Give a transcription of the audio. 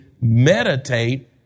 meditate